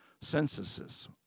censuses